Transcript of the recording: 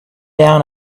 down